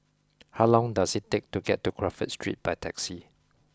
how long does it take to get to Crawford Street by taxi